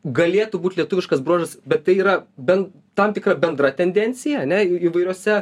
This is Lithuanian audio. galėtų būt lietuviškas bruožas bet tai yra ben tam tikra bendra tendencija ane įvairiose